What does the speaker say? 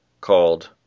called